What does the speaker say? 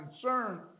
concern